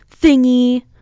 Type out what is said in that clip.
thingy